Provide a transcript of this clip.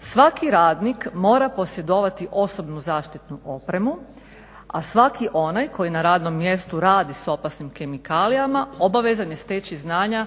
Svaki radnik mora posjedovati osobnu zaštitnu opremu, a svaki onaj koji na radnom mjestu radi s opasnim kemikalijama obavezan je steći znanja